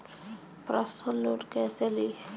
Personal loan कैसे ली?